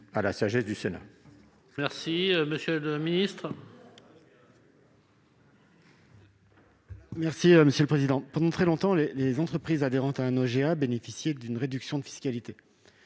à la sagesse du Sénat